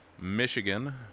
Michigan